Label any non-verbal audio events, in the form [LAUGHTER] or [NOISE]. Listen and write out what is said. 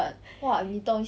[BREATH]